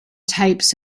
types